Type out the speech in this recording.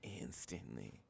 instantly